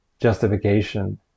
justification